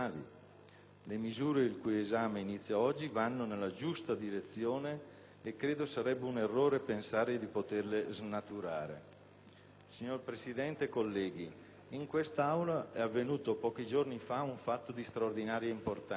Le misure, il cui esame inizia oggi, vanno nella giusta direzione e credo sarebbe un errore pensare di poterle snaturare. Signor Presidente, colleghi, in questa Aula è avvenuto pochi giorni fa un fatto di straordinaria importanza: